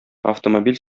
автомобиль